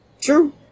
True